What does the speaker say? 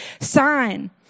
sign